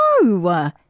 No